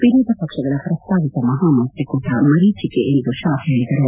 ವಿರೋಧಪಕ್ಷಗಳ ಪ್ರಸ್ತಾವಿತ ಮಹಾ ಮೈತ್ರಿಕೂಟ ಮರೀಟಿಕೆ ಎಂದು ಶಾ ಹೇಳಿದರು